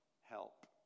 help